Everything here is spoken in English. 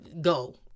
go